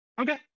okay